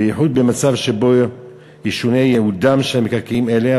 בייחוד במצב שבו ישונה ייעודם של מקרקעין אלה.